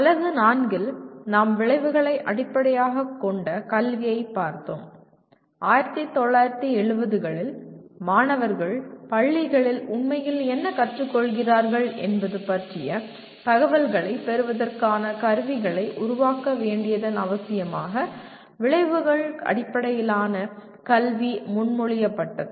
அலகு 4 இல் நாம் விளைவுகளை அடிப்படையாகக் கொண்ட கல்வியைப் பார்த்தோம் 1970 களில் மாணவர்கள் பள்ளிகளில் உண்மையில் என்ன கற்றுக் கொள்கிறார்கள் என்பது பற்றிய தகவல்களைப் பெறுவதற்கான கருவிகளை உருவாக்க வேண்டியதன் அவசியமாக விளைவுகள் அடிப்படையிலான கல்வி முன்மொழியப்பட்டது